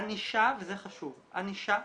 ענישה, זה חשוב, ענישה